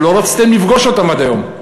שלא רציתם לפגוש אותם עד היום.